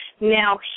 Now